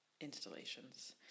installations